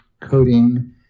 coding